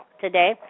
today